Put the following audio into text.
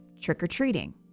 trick-or-treating